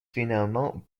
finalement